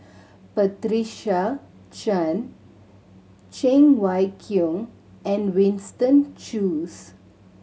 Patricia Chan Cheng Wai Keung and Winston Choos